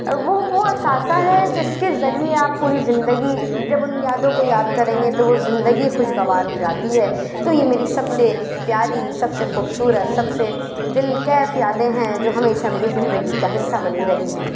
وہ وہ اثاثہ ہے جس کے ذریعہ آپ پوری زندگی جب ان یادوں کو یاد کریں گے تو وہ زندگی خوشگوار ہو جاتی ہے تو یہ میری سب سے پیاری سب سے خوبصورت سب سے دل کیف یادیں ہیں جو ہمیشہ میری زندگی کا حصہ بنی رہی ہیں